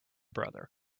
brother